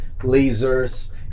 lasers